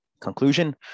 Conclusion